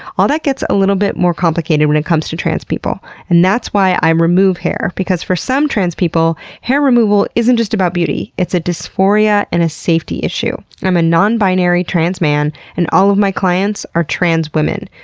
all that gets a little bit more complicated when it comes to trans people, and that's why i remove hair. because for some trans people, hair removal isn't just about beauty, it's a dysphoria and a safety issue. i'm a non-binary trans man and all of my clients are trans women.